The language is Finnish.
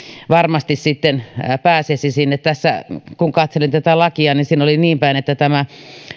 varmasti sitten pääsisi sinne kun tässä katselin tätä lakia niin siinä oli niinpäin että tämä